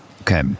Okay